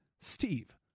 Steve